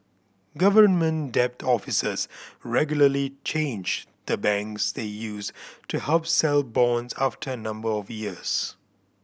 government debt officers regularly change the banks they use to help sell bonds after a number of years